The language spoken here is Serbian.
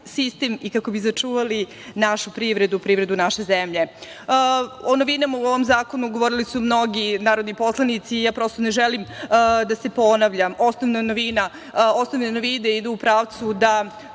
sistem i kako bi sačuvali našu privredu, privredu naše zemlje.O novinama u ovom zakonu govorili su mnogi narodni poslanici, ja prosto ne želim da se ponavljam. Osnovne novine idu u pravcu da